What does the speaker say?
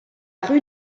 rue